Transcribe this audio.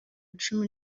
icumu